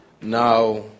Now